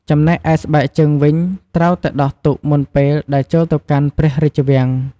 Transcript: ចំណែកឯស្បែកជើងវិញត្រូវតែ ដោះទុកមុនពេលដែលចូលទៅកាន់ព្រះរាជវាំង។